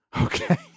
Okay